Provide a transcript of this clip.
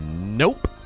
nope